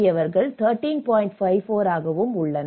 5 ஆகவும் உள்ளனர்